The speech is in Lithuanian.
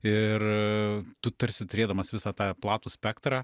ir tu tarsi turėdamas visą tą platų spektrą